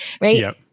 Right